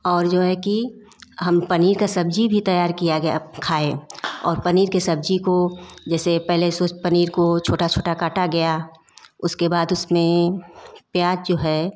और जो है कि हम पनीर का सब्जी भी तैयार किया गया खाए और पनीर के सब्जी को जैसे पहले से उस पनीर को छोटा छोटा काटा गया उसके बाद उसमें प्याज जो है